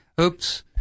oops